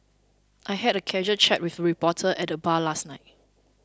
I had a casual chat with reporter at the bar last night